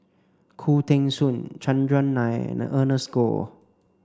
Khoo Teng Soon Chandran Nair and Ernest Goh